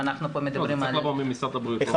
לא, זה צריך לבוא ממשרד הבריאות.